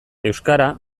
euskara